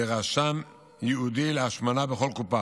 ורשם ייעודי להשמנה בכל קופה.